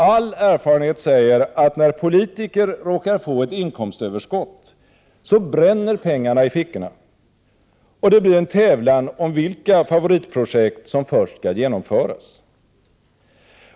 All erfarenhet säger att när politiker råkar få ett inkomstöverskott, bränner pengarna i fickorna, och det blir en tävlan om vilka favoritprojekt som först skall genomföras.